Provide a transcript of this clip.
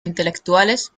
intelectuales